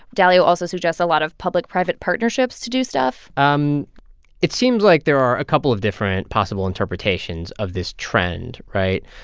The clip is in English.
dalio also suggests a lot of public-private partnerships to do stuff um it seems like there are a couple of different possible interpretations of this trend, right?